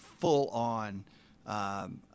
full-on